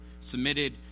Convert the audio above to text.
submitted